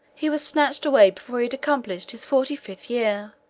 he was snatched away before he had accomplished his forty-fifth year.